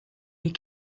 les